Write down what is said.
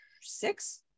six